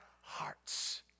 hearts